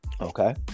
Okay